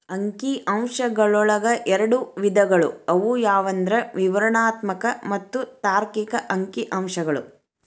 ಅಂಕಿ ಅಂಶಗಳೊಳಗ ಎರಡ್ ವಿಧಗಳು ಅವು ಯಾವಂದ್ರ ವಿವರಣಾತ್ಮಕ ಮತ್ತ ತಾರ್ಕಿಕ ಅಂಕಿಅಂಶಗಳು